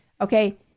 Okay